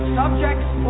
subjects